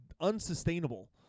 Unsustainable